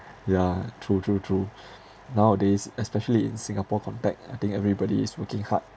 yeah true true true nowadays especially in singapore context I think everybody is working hard